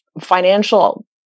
financial